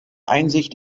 einsicht